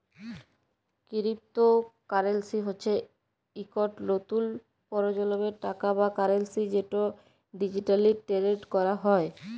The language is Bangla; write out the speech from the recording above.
কিরিপতো কারেলসি হচ্যে ইকট লতুল পরজলমের টাকা বা কারেলসি যেট ডিজিটালি টেরেড ক্যরা হয়